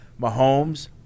Mahomes